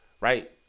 right